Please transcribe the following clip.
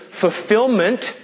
fulfillment